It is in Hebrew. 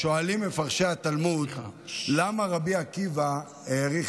שואלים מפרשי התלמוד: למה רבי עקיבא האריך